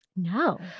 No